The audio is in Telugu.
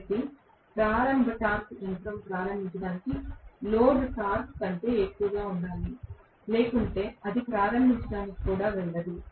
కాబట్టి ప్రారంభ టార్క్ యంత్రం ప్రారంభించడానికి లోడ్ టార్క్ కంటే ఎక్కువగా ఉండాలి లేకుంటే అది ప్రారంభించడానికి కూడా వెళ్ళడం లేదు